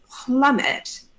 plummet